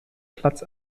platz